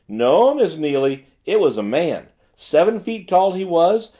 no, miss neily, it was a man seven feet tall he was,